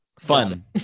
fun